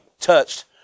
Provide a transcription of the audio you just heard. touched